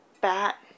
Bat